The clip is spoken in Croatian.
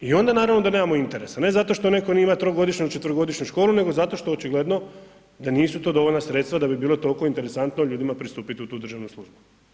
I onda naravno da nemamo interesa, ne zato što netko ima trogodišnju ili četverogodišnju školu nego zato što očigledno da nisu to dovoljna sredstva da bi bilo tolko interesantno ljudima pristupit u tu državnu službu.